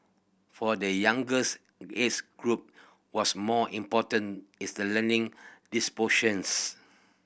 for the youngers age group what's more important is the learning dispositions